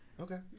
Okay